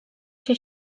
się